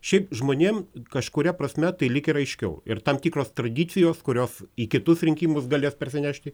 šiaip žmonėm kažkuria prasme tai lyg ir aiškiau ir tam tikros tradicijos kurios į kitus rinkimus galės persinešti